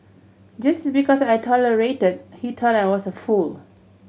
just because I tolerated he thought I was a fool